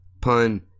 Pun